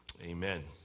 Amen